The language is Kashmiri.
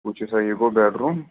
وُچھُو سا یہِ گوٚو بیٚڈ روٗم